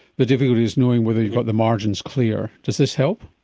the difficulty is knowing whether you've got the margins clear. does this help?